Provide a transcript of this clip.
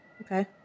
Okay